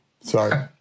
Sorry